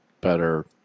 better